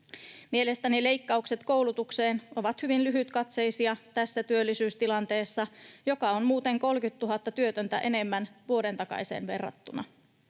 Mielestäni leikkaukset koulutukseen ovat hyvin lyhytkatseisia tässä työllisyystilanteessa, joka on muuten 30 000 työtöntä enemmän vuoden takaiseen verrattuna.